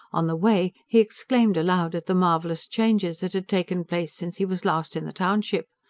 on the way, he exclaimed aloud at the marvellous changes that had taken place since he was last in the township.